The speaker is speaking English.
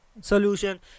solution